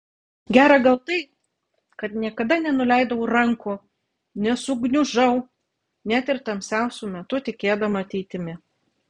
gera gal tai kad niekada nenuleidau rankų nesugniužau net ir tamsiausiu metu tikėdama ateitimi